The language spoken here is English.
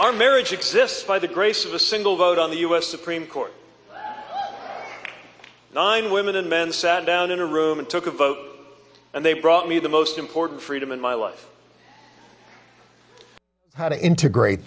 our marriage exists by the grace of a single vote on the u s supreme court the nine women and men sat down in a room and took a vote and they brought me the most important freedom in my life how to integrate